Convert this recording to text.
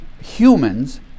Humans